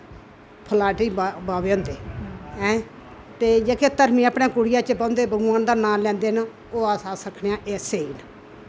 फलाटी बावे होंदे हे ते जेहके धरमी अपने कुटिये च बोह्नदे भगवान दा नांऽ लेंदे ओह् अस आखी सकने आ एह् स्हेई न